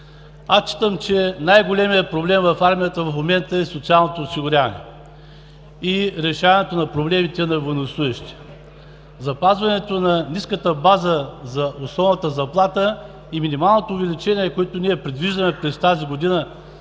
Считам, че най-големият проблем в момента в армията е социалното осигуряване и решаването на проблемите на военнослужещите. Запазването на ниската база за основната заплата и минималното увеличение, което предвиждаме през тази година